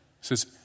says